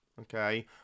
Okay